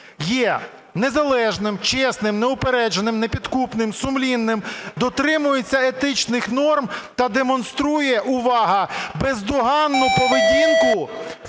є незалежним, чесним, неупередженим, непідкупним, сумлінним, дотримується етичних норм та демонструє – увага! - бездоганну поведінку